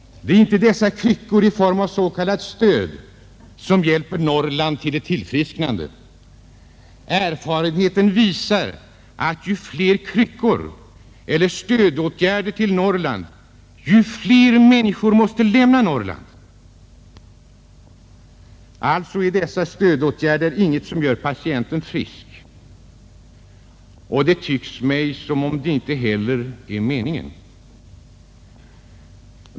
Det är inte dessa kryckor i form av s.k. stöd som hjälper Norrland till ett tillfrisknande. Erfarenheten visar att ju fler kryckor eller stödåtgärder som Norrland får, desto fler människor måste lämna Norrland. Alltså är dessa stödåtgärder ingenting som gör patienten frisk. Det tycks mig som om detta inte heller är meningen.